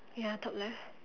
ya talk less